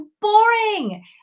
boring